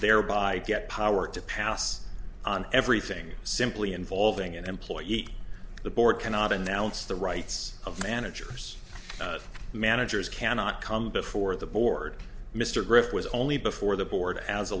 thereby get power to pass on everything simply involving an employee at the board cannot announce the rights of managers managers cannot come before the board mr griffith was only before the board as a